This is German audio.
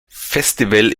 festival